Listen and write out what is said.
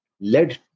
led